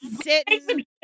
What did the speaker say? sitting